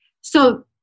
So-